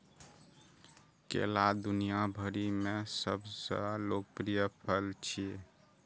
केला दुनिया भरि मे सबसं लोकप्रिय फल छियै